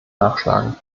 nachschlagen